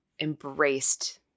embraced